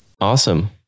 Awesome